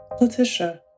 Letitia